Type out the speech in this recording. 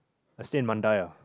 I stay in Mandai ah